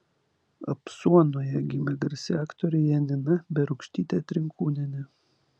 apsuonoje gimė garsi aktorė janina berūkštytė trinkūnienė